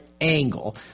angle